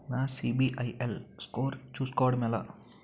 నా CIBIL score చుస్కోవడం ఎలా?